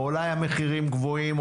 אולי המחירים גבוהים,